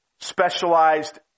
specialized